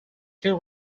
two